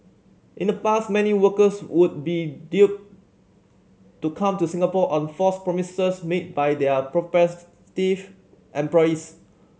in the past many workers would be duped to come to Singapore on false promises made by their prospective employees